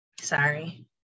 Sorry